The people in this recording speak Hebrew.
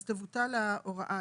אז תבוטל ההוראה,